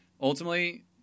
ultimately